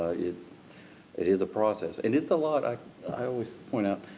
it it is a process. and it's a lot i i always point out.